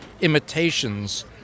imitations